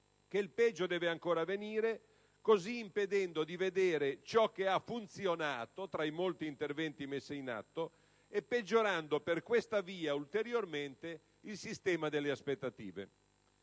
che il peggio deve ancora venire, così impedendo di vedere ciò che ha funzionato tra i molti interventi messi in atto e peggiorando ulteriormente per questa via il sistema delle aspettative.